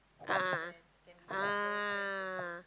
a'ah a'ah ah